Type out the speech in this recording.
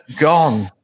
Gone